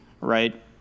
right